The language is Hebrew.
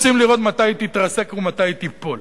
רוצים לראות מתי היא תתרסק ומתי היא תיפול,